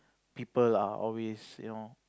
people are always you know